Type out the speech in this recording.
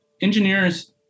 engineers